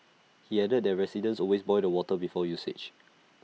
he added that residents always boil the water before usage